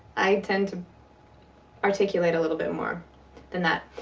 i tend to articulate a little bit more than that.